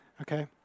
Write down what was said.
Okay